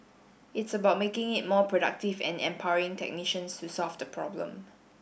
it's about making it more productive and empowering technicians to solve the problem